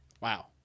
Wow